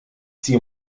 sie